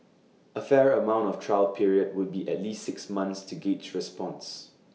A fair amount of trial period would be at least six months to gauge response